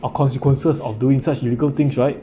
or consequences of doing such illegal things right